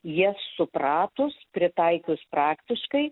jas supratus pritaikius praktiškai